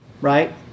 right